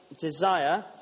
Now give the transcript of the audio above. Desire